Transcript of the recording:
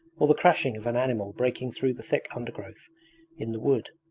or the crashing of an animal breaking through the thick undergrowth in the wood.